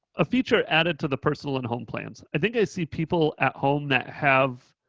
a feature added to the personal and home plans. i think i see people at home that have